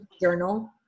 journal